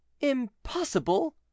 impossible